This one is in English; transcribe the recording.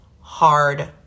hard